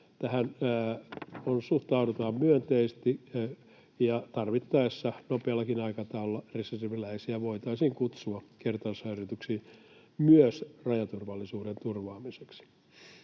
Tähän suhtaudutaan myönteisesti, ja tarvittaessa nopeallakin aikataululla reserviläisiä voitaisiin kutsua kertausharjoituksiin myös rajaturvallisuuden turvaamiseksi.